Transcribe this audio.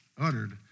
uttered